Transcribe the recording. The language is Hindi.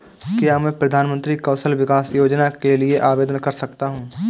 क्या मैं प्रधानमंत्री कौशल विकास योजना के लिए आवेदन कर सकता हूँ?